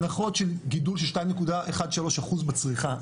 הנחות של גידול של 2.13% בצריכה,